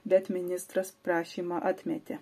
bet ministras prašymą atmetė